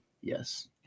Yes